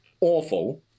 awful